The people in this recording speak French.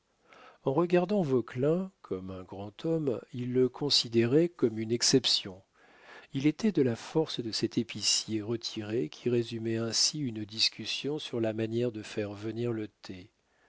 en regardant vauquelin comme un grand homme il le considérait comme une exception il était de la force de cet épicier retiré qui résumait ainsi une discussion sur la manière de faire venir le thé